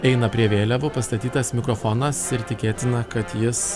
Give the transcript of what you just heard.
eina prie vėliavų pastatytas mikrofonas ir tikėtina kad jis